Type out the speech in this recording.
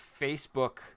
facebook